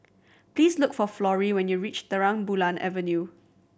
please look for Florrie when you reach Terang Bulan Avenue